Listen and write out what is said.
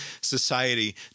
society